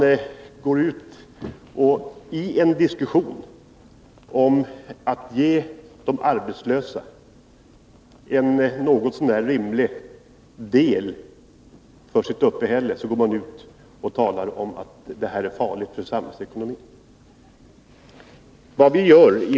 I en diskussion om att ge de arbetslösa ett något så när rimligt uppehälle säger man att detta är farligt för samhällsekonomin.